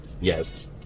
Yes